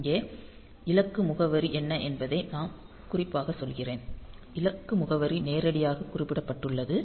இங்கே இலக்கு முகவரி என்ன என்பதை நான் குறிப்பாகச் சொல்கிறேன் இலக்கு முகவரி நேரடியாக குறிப்பிடப்பட்டுள்ளது